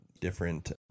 different